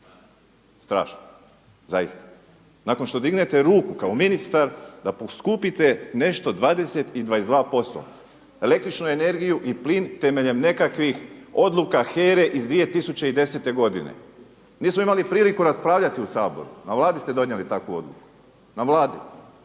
Strašno zaista. Nakon što dignete ruku kao ministar da poskupite nešto 20 i 22% električnu energiju i plin temeljem nekakvih odluka HERE iz 2010. godine. Nismo imali priliku raspravljati u Saboru, na vladi ste donijeli takvu odluku, na vladi.